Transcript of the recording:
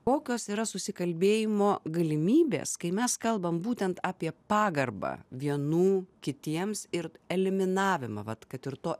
kokios yra susikalbėjimo galimybės kai mes kalbam būtent apie pagarbą vienų kitiems ir eliminavimą vat kad ir to